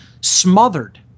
smothered